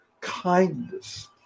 kindness